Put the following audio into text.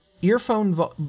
earphone